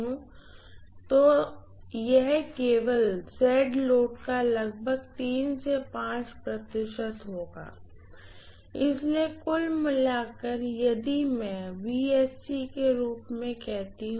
इसी तरह यह केवल का लगभग से प्रतिशत होगा इसलिए कुल मिलाकर यदि मैं इसे VSC के रूप में कहती हूँ